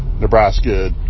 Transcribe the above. Nebraska